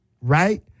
right